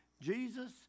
Jesus